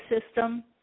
system